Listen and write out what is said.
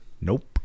Nope